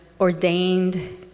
ordained